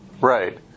Right